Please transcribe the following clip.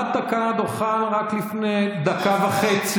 אתה עמדת כאן על הדוכן רק לפני דקה וחצי,